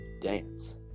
Dance